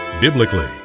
biblically